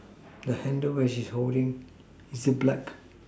the handle which she is holding still black